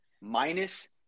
minus